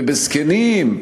ובזקנים,